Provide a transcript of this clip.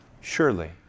surely